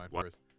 first